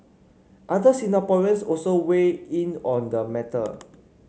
other Singaporeans also weigh in on the matter